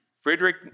Friedrich